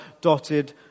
dotted